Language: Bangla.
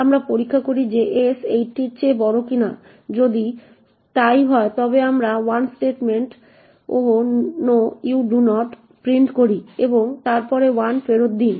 আমরা পরীক্ষা করি যে s 80 এর চেয়ে বড় কিনা যদি তাই হয় তবে আমরা 1 statement oh no you do not 'Oh no you do not' print করি এবং তারপরে 1 ফেরত দিন